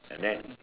and then